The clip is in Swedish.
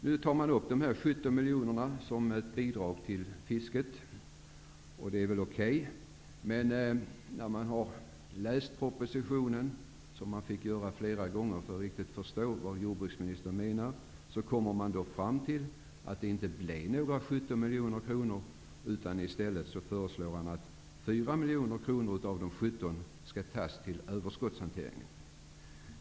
Nu tas dessa 17 miljoner upp som ett bidrag till fisket. Det är väl okej, men när man har läst propositionen, vilket man fick göra flera gånger för att riktigt förstå vad jordbruksministern menar, kommer man fram till att det inte blir 17 miljoner kronor. I stället föreslås att 4 miljoner kronor av de 17 miljonerna skall avsättas för överskottshanteringen.